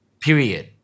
period